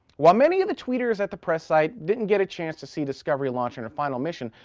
while many of the tweeters at the press site didn't get a chance to see discovery launch on her final mission,